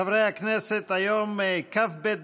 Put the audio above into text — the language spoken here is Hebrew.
את סגן שר הבריאות חבר הכנסת ליצמן לעלות